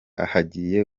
hagiye